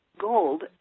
gold